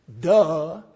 Duh